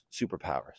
superpowers